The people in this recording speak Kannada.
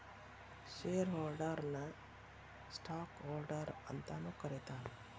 ಶೇರ್ ಹೋಲ್ಡರ್ನ ನ ಸ್ಟಾಕ್ ಹೋಲ್ಡರ್ ಅಂತಾನೂ ಕರೇತಾರ